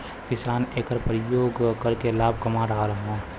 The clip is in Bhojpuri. किसान एकर परियोग करके लाभ कमा रहल हउवन